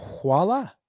voila